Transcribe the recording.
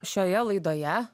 šioje laidoje